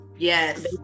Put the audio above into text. yes